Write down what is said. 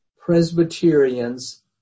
Presbyterians